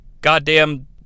goddamn